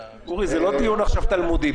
אורי, זה לא דיון תלמודי עכשיו.